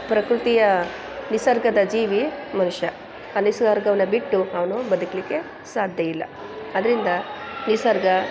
ಪ್ರಕೃತಿಯ ನಿಸರ್ಗದ ಜೀವಿ ಮನುಷ್ಯ ಆ ನಿಸರ್ಗವನ್ನು ಬಿಟ್ಟು ಅವನು ಬದುಕಲಿಕ್ಕೆ ಸಾಧ್ಯ ಇಲ್ಲ ಅದರಿಂದ ನಿಸರ್ಗ